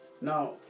Now